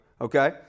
okay